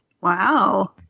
Wow